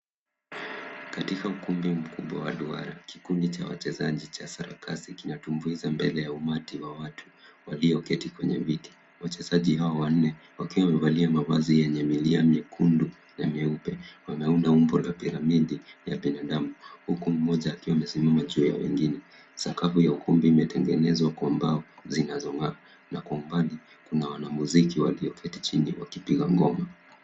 Katika ukumbi mkubwa wa duara, kikundi cha wachezaji cha sarakasi kinatumbuiza mbele ya umati wa watu walioketi kwenye viti. Wachezaji hao wanne wakiwa wamevalia mavazi yenye milia myekundu na nyeupe wameunda umbo la piramidi ya binadamu huku mmoja akiwa amesimama juu ya wengine. Sakafu ya ukumbi imetengenezwa kwa mbao zinazong'aa na kwa umbali, kuna wanamuziki wameketi chini wakipiga ngoma.